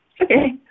Okay